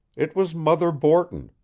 it was mother borton,